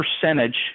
percentage